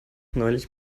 neulich